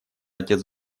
отец